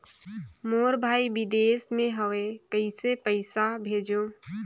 मोर भाई विदेश मे हवे कइसे पईसा भेजो?